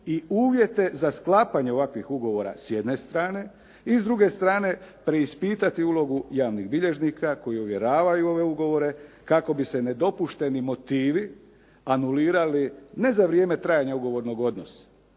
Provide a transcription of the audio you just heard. i uvjete za sklapanje ovakvih ugovora s jedne strane i s druge strane preispitati ulogu javnih bilježnika koji ovjeravaju ove ugovore kako bi se nedopušteni motivi anulirali ne za vrijeme trajanja ugovornog odnosa,